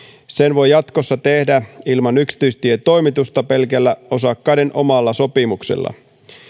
sen voi jatkossa tehdä ilman yksityistietoimitusta pelkällä osakkaiden omalla sopimuksella